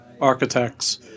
architects